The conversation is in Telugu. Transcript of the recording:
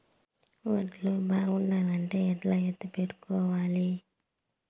వడ్లు బాగుండాలంటే ఎట్లా ఎత్తిపెట్టుకోవాలి?